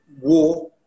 war